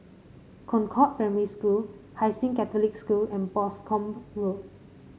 Concord Primary School Hai Sing Catholic School and Boscombe Road